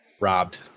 Robbed